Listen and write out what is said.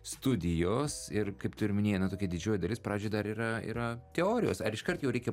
studijos ir kaip tu ir minėjai na tokia didžioji dalis pradžiai dar yra yra teorijos ar iš kart jau reikia